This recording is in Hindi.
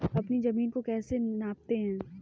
अपनी जमीन को कैसे नापते हैं?